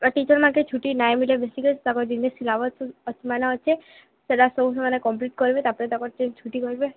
teacher ମାନେକେ ଛୁଟି ନାଇଁମିଲେ ବେଶୀକରି ତା'ପରେ ଯେନ୍ ଯେନ୍ ସିଲାବସ୍ ମାନେ ଅଛେ ସେଟା ସବୁ ହେମାନେ କମ୍ପ୍ଲିଟ୍ କରବେ ତା'ପରେ ତାଙ୍କର ଯେନ୍ ଛୁଟି କହିବେ